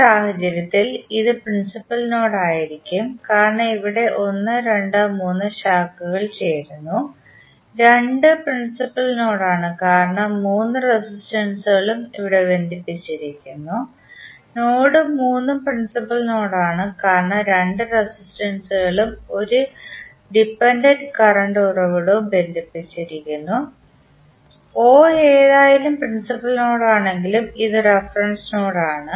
ഈ സാഹചര്യത്തിൽ ഇത് പ്രിൻസിപ്പൽ നോഡ് ആയിരിക്കും കാരണം ഇവിടെ 1 2 3 ശാഖകൾ ചേരുന്നു 2 പ്രിൻസിപ്പൽ നോഡാണ് കാരണം മൂന്ന് റെസിസ്റ്റൻസുകളും ഇവിടെ ബന്ധിപ്പിച്ചിരിക്കുന്നു നോഡ് 3 ഉം പ്രിൻസിപ്പൽ നോഡാണ് കാരണം രണ്ട് റെസിസ്റ്റൻസുകളും 1 ഡിപെൻഡന്റ് കറണ്ട് ഉറവിടവും ബന്ധിപ്പിച്ചിരിക്കുന്നു 0 എന്തായാലും പ്രിൻസിപ്പൽ നോഡാണെങ്കിലും ഇത് റഫറൻസ് നോഡാണ്